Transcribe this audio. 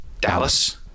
Dallas